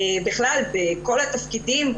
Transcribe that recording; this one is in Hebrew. בכלל בכל התפקידים,